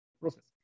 process